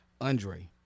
Andre